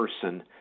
person